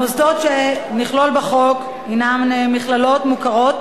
המוסדות שנכלול בחוק הם מכללות מוכרות